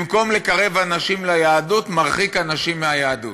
במקום לקרב אנשים ליהדות, מרחיק אנשים מהיהדות.